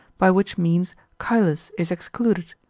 by which means chylus is excluded.